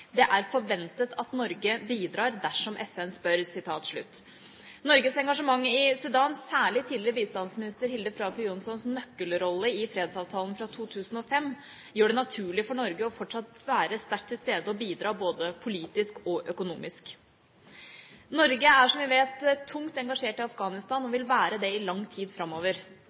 er forventet at Norge bidrar dersom FN spør.» Norges engasjement i Sudan, særlig tidligere bistandsminister Hilde Frafjord Johnsons nøkkelrolle i fredsavtalen fra 2005, gjør det naturlig for Norge fortsatt å være sterkt til stede og bidra både politisk og økonomisk. Norge er, som vi vet, tungt engasjert i Afghanistan og vil være det i lang tid framover.